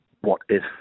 what-if